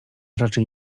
raczej